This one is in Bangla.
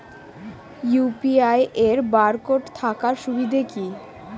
ইউ.পি.আই এর বারকোড থাকার সুবিধে কি?